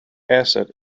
asset